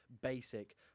basic